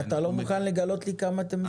אתה לא מוכן לגלות לי כמה אתם משלמים?